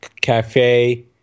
cafe